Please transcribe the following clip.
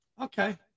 okay